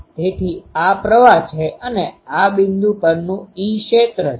તેથી આ પ્રવાહ છે અને આ બિંદુ પરનું E ક્ષેત્ર છે